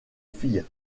fille